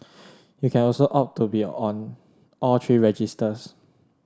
you can also opt to be on all three registers